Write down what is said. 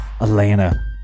Atlanta